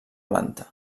planta